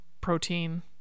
protein